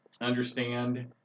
Understand